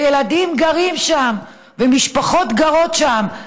וילדים גרים שם, ומשפחות גרות שם.